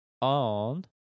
on